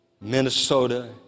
Minnesota